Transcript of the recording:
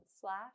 slash